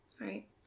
Right